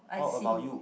how about you